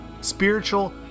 spiritual